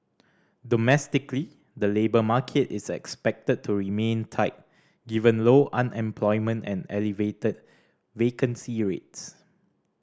domestically the labour market is expected to remain tight given low unemployment and elevated vacancy rates